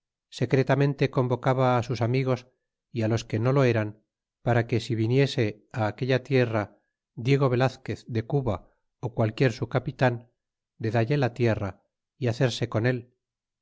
secretamente convocaba sus amigos é los que no lo eran para que si viniese aquella tierra diego velazquez de cuba ó qualquier su capitan de dalle la tierra é hacerse con él